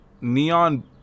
neon